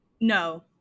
No